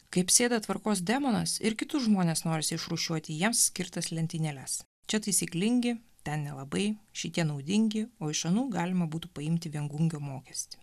kai apsėda tvarkos demonas ir kitus žmones norisi išrūšiuoti jiems skirtas lentynėles čia taisyklingi ten nelabai šitie naudingi o iš anų galima būtų paimti viengungio mokestį